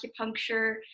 acupuncture